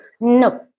No